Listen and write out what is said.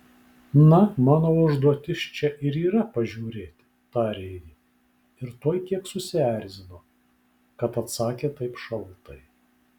na mano užduotis čia ir yra pažiūrėti tarė ji ir tuoj kiek susierzino kad atsakė taip šaltai